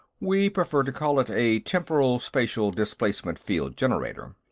we prefer to call it a temporal-spatial displacement field generator.